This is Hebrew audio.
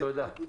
זה --- תודה.